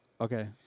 Okay